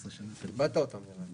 אתה איבדת אותם, נראה לי.